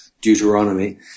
Deuteronomy